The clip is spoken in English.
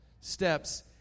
steps